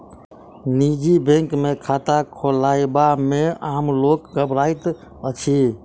निजी बैंक मे खाता खोलयबा मे आम लोक घबराइत अछि